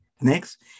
Next